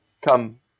come